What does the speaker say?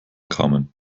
kamen